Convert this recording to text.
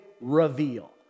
reveal